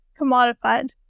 commodified